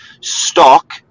stock